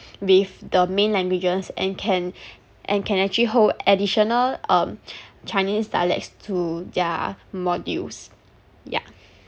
with the main languages and can and can actually hold additional um chinese dialects to their modules yeah